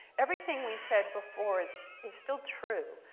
everything we said before is is still true.